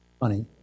money